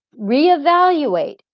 reevaluate